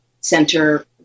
center